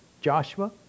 Joshua